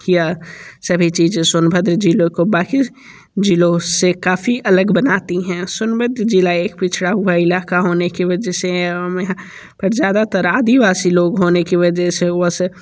यह सभी चीज़ें सोनभद्र ज़िलों को बाकि ज़िलों से काफ़ी अलग बनाती हैं सोनभद्र ज़िला एक पिछड़ा हुआ इलाका होने के वजह से पर ज़्यादातर आदिवासी होने कि वजह से वह